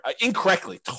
incorrectly